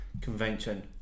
Convention